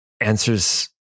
answers